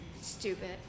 stupid